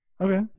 Okay